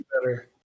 better